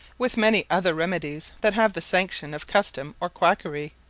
with many other remedies that have the sanction of custom or quackery.